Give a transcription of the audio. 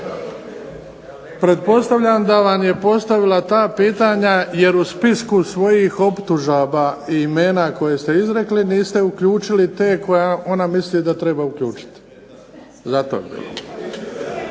Pretpostavljam da vam je postavila dva pitanja, jer u spisku svojih optužaba i imena koje ste izrekli niste uključili te koje ona misli da treba uključiti. Zato